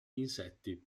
insetti